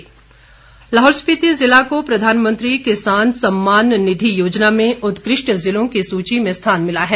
पुरस्कार लाहौल स्पिति ज़िला को प्रधानमंत्री किसान सम्मान निधि योजना में उत्कृष्ट ज़िलों की सूची में स्थान मिला है